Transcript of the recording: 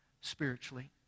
spiritually